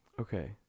Okay